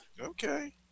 Okay